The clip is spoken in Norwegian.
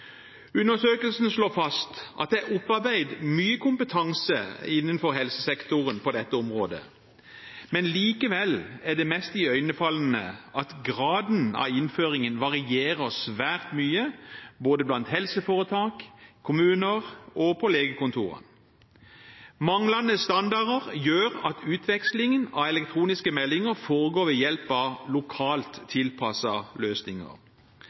Undersøkelsen slår fast at det er opparbeidet mye kompetanse innenfor helsesektoren på dette området, men det mest iøynefallende er likevel at graden av innføringen varierer svært mye, både blant helseforetak, i kommuner og på legekontorene. Manglende standarder gjør at utvekslingen av elektroniske meldinger foregår ved hjelp av lokalt tilpassede løsninger.